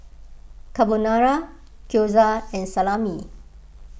Carbonara Gyoza and Salami